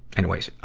anyways,